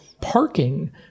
parking